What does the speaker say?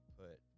put